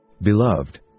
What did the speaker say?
beloved